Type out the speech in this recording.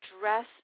dress